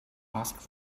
asked